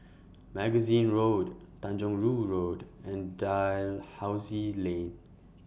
Magazine Road Tanjong Rhu Road and Dalhousie Lane